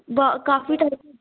ਬ ਕਾਫੀ